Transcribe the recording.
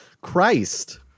Christ